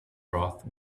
broth